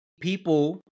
people